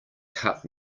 cut